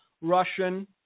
Russian